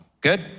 Good